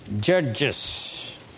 Judges